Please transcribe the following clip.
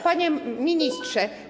Panie Ministrze!